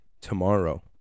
tomorrow